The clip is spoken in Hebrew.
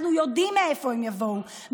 אנחנו יודעים מאיפה הם יבואו,